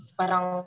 parang